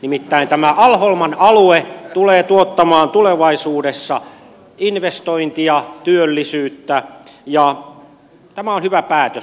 nimittäin tämä alholman alue tulee tuottamaan tulevaisuudessa investointia ja työllisyyttä ja tämä on hyvä päätös